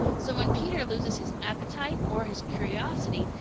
so when peter loses his appetite or his curiosity,